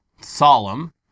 solemn